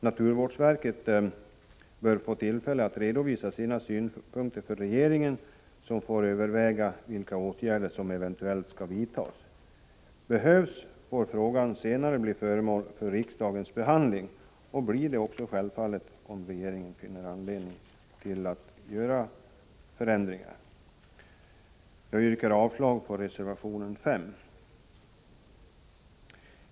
Naturvårdsverket bör få tillfälle att redovisa sina synpunkter för regeringen, som får överväga vilka åtgärder som eventuellt skall vidtas. Om det behövs, får frågan senare bli föremål för riksdagens behandling — och så blir det självfallet om regeringen finner anledning att göra förändringar. Jag yrkar avslag på reservation 5.